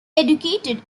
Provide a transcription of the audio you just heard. educated